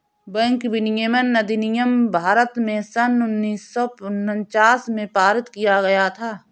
bank विनियमन अधिनियम भारत में सन उन्नीस सौ उनचास में पारित किया गया था